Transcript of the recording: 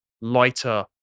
lighter